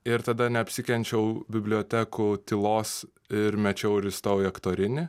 ir tada neapsikenčiau bibliotekų tylos ir mečiau ir įstojau į aktorinį